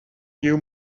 you